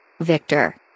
Victor